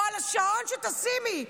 על השעון תשימי?